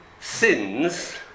sins